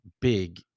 big